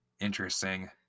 Interesting